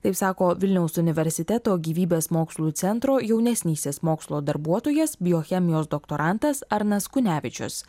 taip sako vilniaus universiteto gyvybės mokslų centro jaunesnysis mokslo darbuotojas biochemijos doktorantas arnas kunevičius